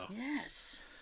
Yes